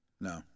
no